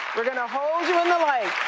we're going to hold you in the light.